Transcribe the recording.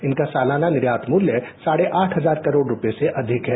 इनका सालाना निर्यात मूल्य साढ़े आठ हजार करोड़ रूपए से अधिक है